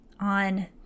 on